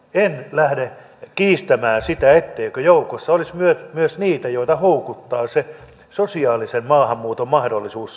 en lähde kiistämään sitä etteikö joukossa olisi myös niitä joita houkuttaa se sosiaalisen maahanmuuton mahdollisuus suomeen